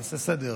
אני אעשה סדר.